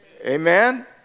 Amen